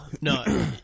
no